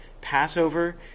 Passover